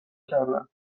کردم